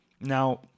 Now